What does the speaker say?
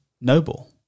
noble